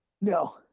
No